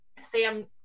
Sam